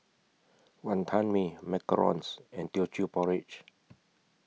Wonton Mee Macarons and Teochew Porridge